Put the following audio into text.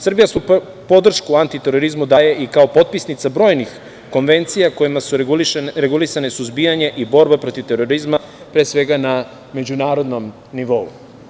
Srbija svoju podršku anti terorizmu daje i kao potpisnica brojnih konvencija kojima su regulisane suzbijanje i borba protiv terorizma, pre svega na međunarodnom nivou.